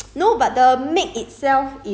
have 我有放